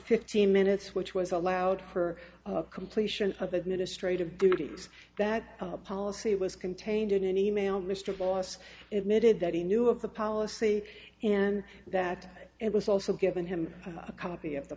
fifteen minutes which was allowed her completion of administrative duties that policy was contained in an e mail mr boss admitted that he knew of the policy and that it was also given him a copy of the